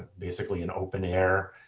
basically, an open-air